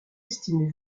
estimez